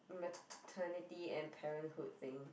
maternity and parenthood thing